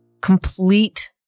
complete